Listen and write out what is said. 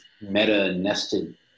meta-nested